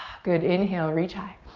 good, inhale, reach high.